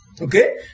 okay